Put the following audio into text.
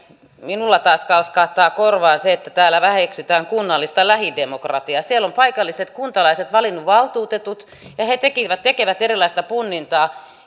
minulla taas kalskahtaa korvaan se että täällä väheksytään kunnallista lähidemokratiaa siellä ovat paikalliset kuntalaiset valinneet valtuutetut ja he tekevät erilaista punnintaa